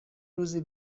روزی